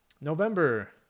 November